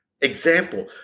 Example